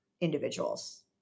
individuals